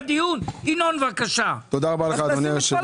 אגב,